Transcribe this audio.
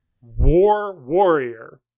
war-warrior